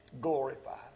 glorified